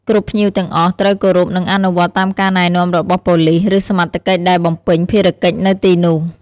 គ្រប់ភ្ញៀវទាំងអស់ត្រូវ គោរព និងអនុវត្តតាមការណែនាំរបស់ប៉ូលិស ឬសមត្ថកិច្ចដែលបំពេញភារកិច្ចនៅទីនោះ។